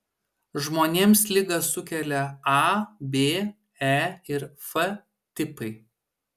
žmonėms ligą sukelia a b e ir f tipai